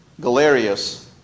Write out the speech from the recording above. Galerius